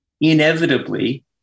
inevitably